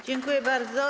Dziękuję bardzo.